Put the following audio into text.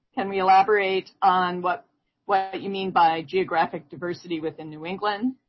can we elaborate on what what but you mean by geographic diversity within new england?